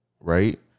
right